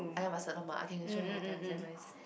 ayam masak lemak I can show you later it's damn nice